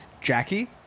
Jackie